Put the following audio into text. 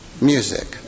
music